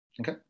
okay